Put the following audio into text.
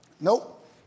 Nope